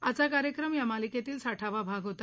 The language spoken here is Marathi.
आजचा कार्यक्रम या मालिकेतला साठावा भाग होता